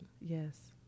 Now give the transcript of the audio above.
Yes